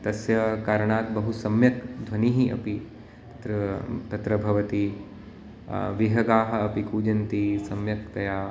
तस्य करणात् बहु सम्यक् ध्वनिः अपि अत्र तत्र भवति विहगाः अपि कूजन्ति सम्यक्तया